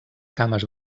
cames